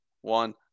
one